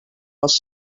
als